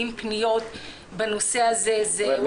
זאת אומרת,